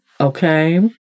Okay